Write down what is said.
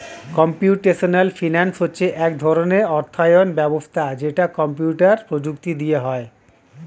computational finance হচ্ছে এক ধরণের অর্থায়ন ব্যবস্থা যেটা কম্পিউটার প্রযুক্তি দিয়ে হয়